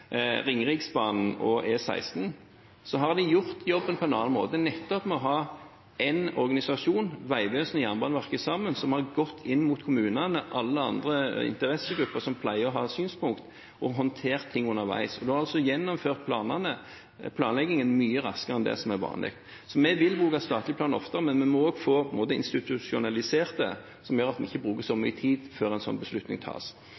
Ringeriksbanen og E16 – at de har gjort jobben på en annen måte ved nettopp å ha én organisasjon, Vegvesenet og Jernbaneverket sammen, som har gått inn overfor kommunene og alle andre interessegrupper som pleier å ha synspunkter, og håndtert ting underveis. En har altså gjennomført planleggingen mye raskere enn det som er vanlig. Vi vil bruke statlig plan ofte, men vi må også få institusjonalisert det, slik at vi ikke bruker så mye tid før en sånn beslutning tas.